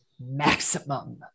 maximum